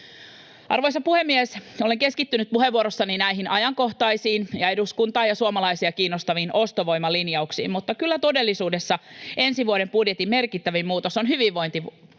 Arvoisa puhemies! Olen keskittynyt puheenvuorossani näihin ajankohtaisiin ja eduskuntaa ja suomalaisia kiinnostaviin ostovoimalinjauksiin, mutta kyllä todellisuudessa ensi vuoden budjetin merkittävin muutos on hyvinvointialueiden